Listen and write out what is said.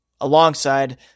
alongside